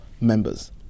members